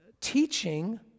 teaching